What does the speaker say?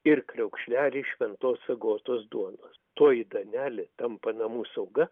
ir kriaukšlelį šventos agotos duonos toji duonelė tampa namų sauga